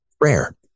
Rare